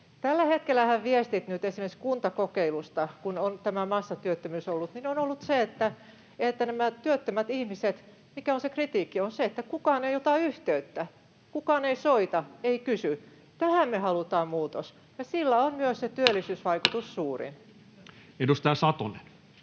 Tällä hetkellähän viesti nyt esimerkiksi kuntakokeilusta, kun on tämä massatyöttömyys ollut, on ollut se, että näiden työttömien ihmisten kritiikki on se, että kukaan ei ota yhteyttä. Kukaan ei soita, ei kysy. Tähän me halutaan muutos, ja sillä on myös se työllisyysvaikutus suurin. [Speech